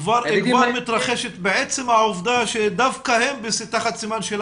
היא כבר מתרחשת מעצם העובדה שדווקא הם תחת סימן שאלה,